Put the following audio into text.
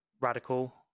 radical